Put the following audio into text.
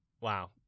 Wow